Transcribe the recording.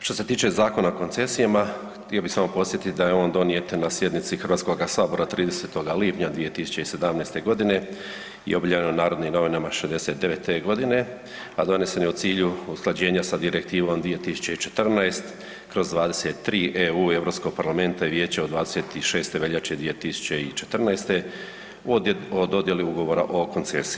Što se tiče Zakona o koncesijama, htio bih samo podsjetiti da je on donijet na sjednici HS-a 30. lipnja 2017. g. i objavljen u Narodnim novinama 69. godine, a donesen je u cilju usklađenja sa Direktivom 2014/23/EU Europskog parlamenta i Vijeća od 26. veljače 2014. o dodjeli ugovora o koncesiji.